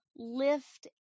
lift